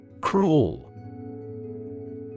Cruel